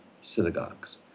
synagogues